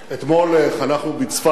אתמול חנכנו בצפת,